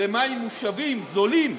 למים מוּשבים זולים,